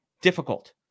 difficult